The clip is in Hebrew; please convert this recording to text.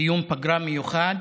דיון פגרה מיוחד,